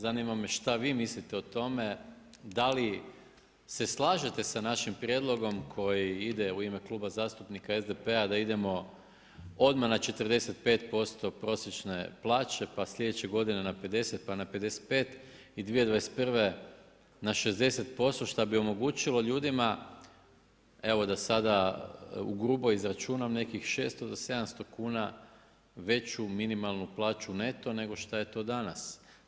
Zanima me šta vi mislite o tome, da li se slažete sa našim prijedlogom koji ide u ime Kluba zastupnika SDP-a da idemo odmah na 45% prosječne plaće pa slijedeće godine na 50, pa na 55, i 2021. na 60%, šta bi omogućilo ljudima evo da sada u grubo izračunam nekih 600 do 700 kuna veći minimalnu plaću neto nego što je to danas.